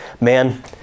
Man